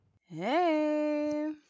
hey